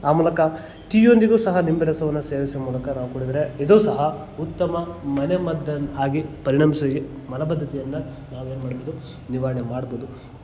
ಆ ಮೂಲಕ ಟೀ ಯೊಂದಿಗೂ ಸಹ ನಿಂಬೆ ರಸವನ್ನು ಸೇವಿಸುವ ಮೂಲಕ ನಾವು ಕುಡಿದ್ರೆ ಇದು ಸಹ ಉತ್ತಮ ಮನೆ ಮದ್ದಾಗಿ ಪರಿಣಮಿಸಿ ಮಲಬದ್ಧತೆಯನ್ನು ನಾವು ಏನು ಮಾಡ್ಬೊದು ನಿವಾರಣೆ ಮಾಡ್ಬೋದು